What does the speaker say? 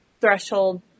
threshold